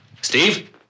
Steve